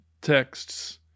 texts